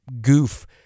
goof